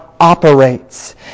operates